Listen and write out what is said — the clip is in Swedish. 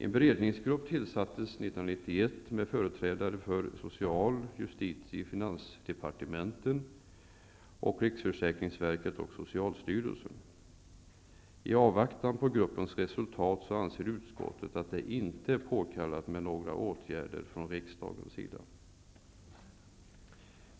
En beredningsgrupp tillsattes 1991 med företrädare för social , justitie och finansdepartementet, riksförsäkringsverket och socialstyrelsen. I avvaktan på gruppens resultat anser utskottet att det inte är påkallat med åtgärder från riksdagens sida.